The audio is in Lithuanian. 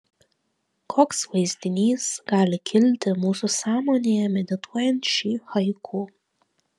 koks vaizdinys gali kilti mūsų sąmonėje medituojant šį haiku